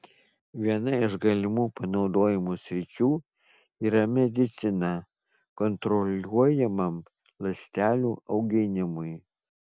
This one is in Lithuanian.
viena iš galimų panaudojimo sričių yra medicina kontroliuojamam ląstelių auginimui